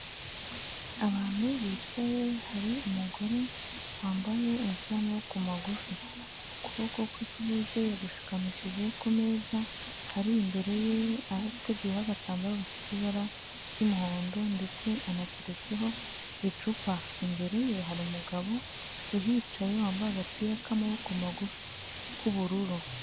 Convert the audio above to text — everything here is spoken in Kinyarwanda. Abantu bicaye, hari umugore wambaye umupira w'amaboko magufi, ukuboko kwe kw'iburyo yagushikamishije ku meza, imbere ye hateguyeho agatambaro gafite ibara ry'umuhondo ndetse anateretseho icupa, imbere ye hari umugabo uhicaye wambaye agapira k'amaboko magufi k'ubururu.